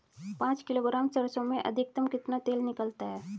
पाँच किलोग्राम सरसों में अधिकतम कितना तेल निकलता है?